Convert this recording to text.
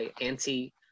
anti